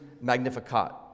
Magnificat